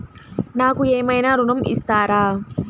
నాకు ఏమైనా ఋణం ఇస్తారా?